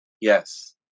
Yes